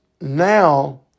now